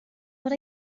what